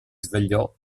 svegliò